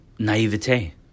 naivete